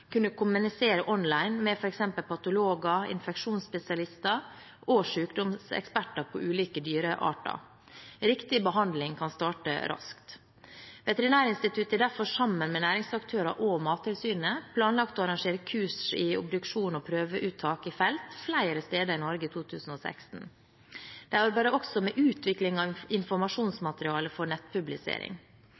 kunne kommunisere online med f.eks. patologer, infeksjonsspesialister og sykdomseksperter på ulike dyrearter. Riktig behandling kan starte raskt. Veterinærinstituttet har derfor sammen med næringsaktører og Mattilsynet planlagt å arrangere kurs i obduksjon og prøveuttak i felt flere steder i Norge i 2016. De arbeider også med utvikling av informasjonsmateriale for nettpublisering.